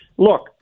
Look